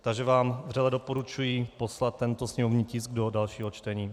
Takže vám vřele doporučuji poslat tento sněmovní tisk do dalšího čtení.